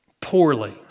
poorly